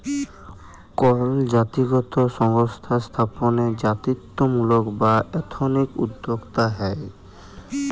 call জাতিগত সংস্থা স্থাপনে জাতিত্বমূলক বা এথনিক উদ্যক্তা হ্যয়